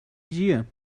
year